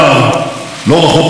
חשבתי על סבי,